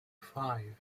five